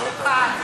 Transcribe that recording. הוא כאן.